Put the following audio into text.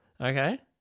Okay